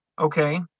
Okay